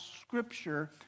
scripture